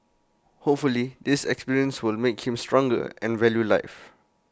hopefully this experience will make him stronger and value life